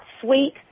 sweet